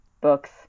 Books